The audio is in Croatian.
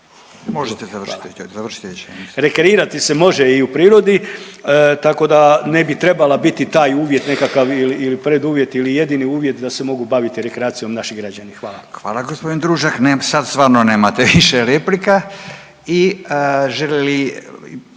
Možete završiti, završite rečenicu./… i u prirodi tako da ne bi trebala biti taj uvjet nekakav ili preduvjet ili jedini uvjet da se mogu baviti rekreacijom naši građani. Hvala. **Radin, Furio (Nezavisni)**